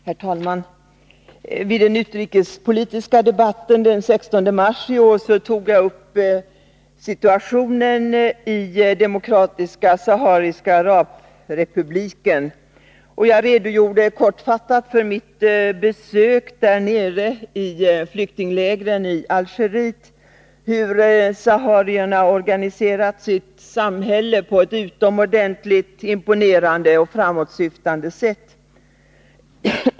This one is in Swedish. Herr talman! Vid den utrikespolitiska debatten den 16 mars i år tog jag upp situationen i Demokratiska sahariska arabrepubliken. Jag redogjorde kortfattat för mitt besök där nere i flyktinglägren i Algeriet, där saharierna hade organiserat sitt samhälle på ett utomordentligt imponerande och framåtsyftande sätt.